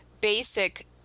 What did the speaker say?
basic